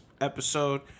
episode